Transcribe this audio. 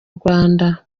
rwanda